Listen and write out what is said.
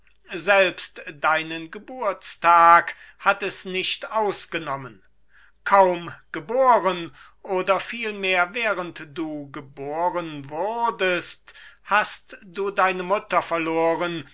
selbst deinen geburtstag hat es nicht ausgenommen kaum geboren oder vielmehr während du geboren wurdest hast du deine mutter verloren